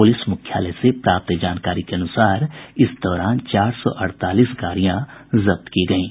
police मुख्यालय से प्राप्त जानकारी के अनुसार इस दौरान चार सौ अड़तालीस गाड़ियां जब्त की गयीं